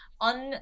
on